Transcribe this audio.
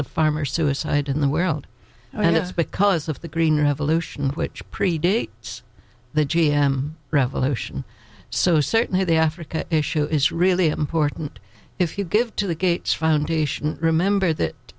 of farmer suicide in the world and it's because of the green revolution which predates the g m revolution so certainly the africa issue is really important if you give to the gates foundation remember that